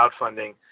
crowdfunding